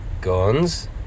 guns